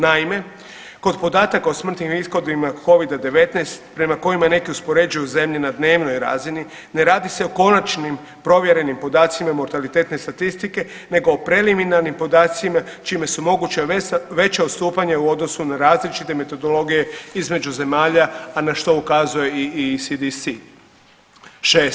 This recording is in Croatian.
Naime, kod podataka o smrtnim ishodima covida-19 prema kojima neki uspoređuju zemlje na dnevnoj razini ne radi se o konačnim provjerenim podacima i mortalitetu statistike, nego o preliminarnim podacima čime su moguća veća odstupanja u odnosu na različite metodologije između zemalja, a na što ukazuje i ISDS.